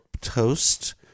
toast